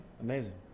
Amazing